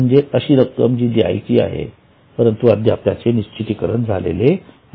म्हणजेच अशी रक्कम जी द्यायची आहे आहे परंतु अद्याप त्याचे निश्चितीकरण झालेले नाही